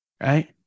right